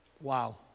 Wow